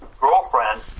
girlfriend